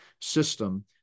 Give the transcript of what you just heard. system